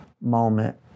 moment